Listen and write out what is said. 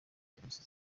serivisi